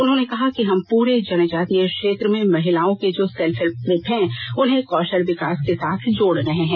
उन्होंने कहा कि हम पूरे जनजातीय क्षेत्र में महिलाओ के जो सेल्फ हेल्प ग्रप्स है उन्हें कौशल विकास के साथ जोड़ रहे हैं